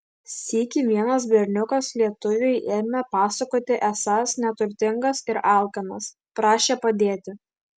sykį vienas berniukas lietuviui ėmė pasakoti esąs neturtingas ir alkanas prašė padėti